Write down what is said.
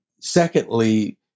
secondly